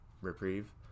reprieve